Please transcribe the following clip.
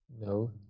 no